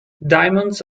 diamonds